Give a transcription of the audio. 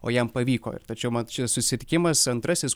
o jam pavyko tačiau mat čia susitikimas antrasis